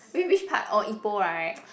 wait which part oh Ipoh right